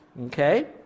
okay